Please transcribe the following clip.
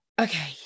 okay